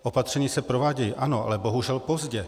Opatření se provádějí, ano, ale bohužel pozdě.